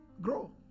Grow